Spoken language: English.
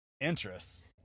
interests